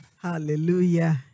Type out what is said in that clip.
Hallelujah